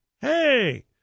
hey